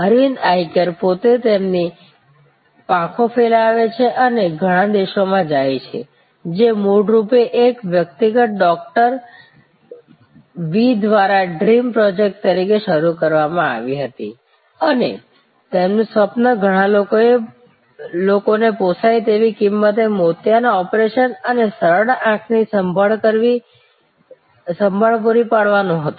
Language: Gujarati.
અરવિંદ આઇ કેર પોતે તેમની પાંખો ફેલાવે છે અને ઘણા દેશોમાં જાય છે જે મૂળરૂપે એક વ્યક્તિગત ડૉક્ટર વી દ્વારા ડ્રીમ પ્રોજેક્ટ તરીકે શરૂ કરવામાં આવી હતી અને તેમનું સ્વપ્ન ઘણા લોકોને પોસાય તેવી કિંમતે મોતિયાના ઓપરેશન અને સરળ આંખની સંભાળ પૂરી પાડવાનું હતું